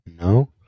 No